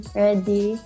ready